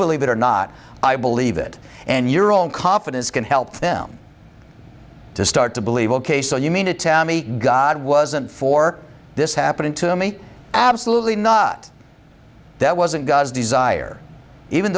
believe it or not i believe it and your own confidence can help them to start to believe ok so you mean to tell me god wasn't for this happening to me absolutely not that wasn't god's desire even